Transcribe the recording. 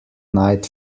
night